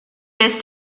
lässt